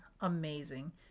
amazing